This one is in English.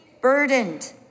burdened